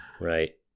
right